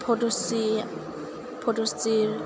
पदस्रि पदस्रि